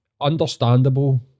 understandable